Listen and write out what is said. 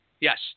Yes